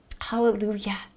Hallelujah